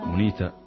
Unita